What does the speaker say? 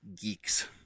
geeks